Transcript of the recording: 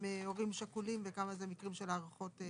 הורים שכולים וכמה זה מקרים של הארכות.